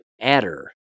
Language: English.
adder